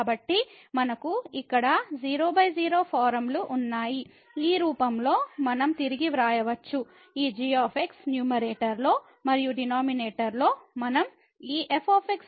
కాబట్టి మనకు ఇక్కడ 00 ఫారమ్లు ఉన్నాయి ఈ రూపంలో మనం తిరిగి వ్రాయవచ్చు ఈ g న్యూమరేటర్ లో మరియు డినామినేటర్ లో మనం ఈ f ను 1f గా తీసుకుంటాము